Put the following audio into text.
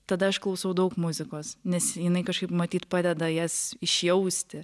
tada aš klausau daug muzikos nes jinai kažkaip matyt padeda jas išjausti